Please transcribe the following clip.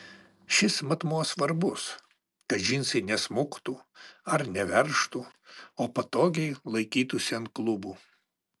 šis matmuo svarbus kad džinsai nesmuktų ar neveržtų o patogiai laikytųsi ant klubų